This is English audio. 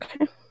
okay